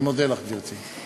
אני מודה לך, גברתי.